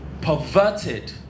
perverted